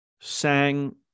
sang